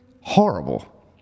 Horrible